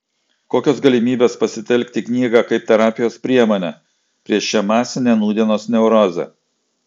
kokios galimybės pasitelkti knygą kaip terapijos priemonę prieš šią masinę nūdienos neurozę